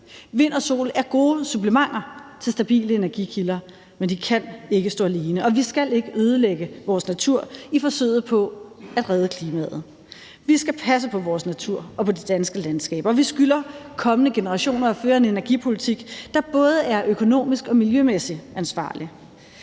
Vind og sol er gode supplementer til stabile energikilder, men de kan ikke stå alene, og vi skal ikke ødelægge vores natur i forsøget på at redde klimaet. Vi skal passe på vores natur og de danske landskaber, og vi skylder kommende generationer at føre en energipolitik, der både er økonomisk og miljømæssigt ansvarlig.